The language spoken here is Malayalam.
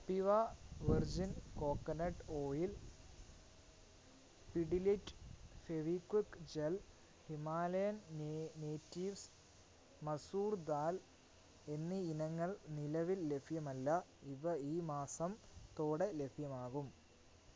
Kapiva virgin coconut oil Pidilite Fevikwik gel Himalayan natives masoor dal എന്നീ ഇനങ്ങൾ നിലവിൽ ലഭ്യമല്ല ഇവ ഈ മാസത്തോടെ ലഭ്യമാകും